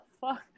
fuck